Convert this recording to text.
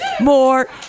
more